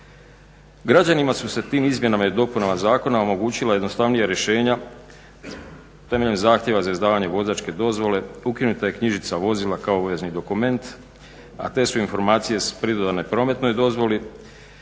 Građanima su se tim izmjenama i dopunama zakona omogućila jednostavnija rješenja temeljem zahtjeva za izdavanje vozačke dozvole, ukinuta je knjižica vozila kao obvezni dokument, a te su informacije pridodane prometnoj dozvoli.